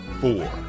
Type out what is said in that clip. four